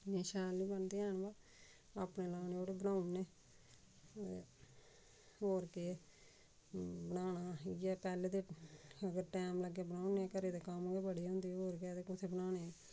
इन्ने शैल नी बनदे हैन बा अपने लाने जुड़े बनाउने ते होर केह् बनाना इ'यै अहें पैह्ले ते अगर टैम लग्गै बनाउने घरे दे कम्म गै बड़े होंदे होर गै ते कुत्थै बनाने